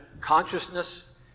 consciousness